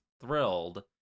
thrilled